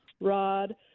rod